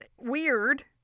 Weird